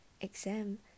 exam